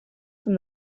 from